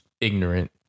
ignorant